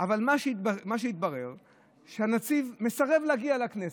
מה שהתברר הוא שהנציב מסרב להגיע לכנסת.